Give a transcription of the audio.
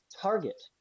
target